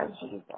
Jesus